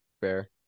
fair